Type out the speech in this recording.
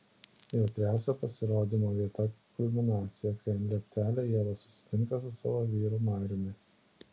jautriausia pasirodymo vieta kulminacija kai ant lieptelio ieva susitinka su savo vyru mariumi